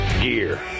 gear